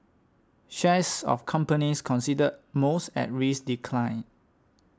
shares of companies considered most at risk declined